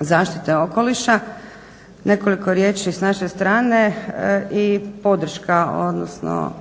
zaštite okoliša. Nekoliko riječi s naše strane i podrška, odnosno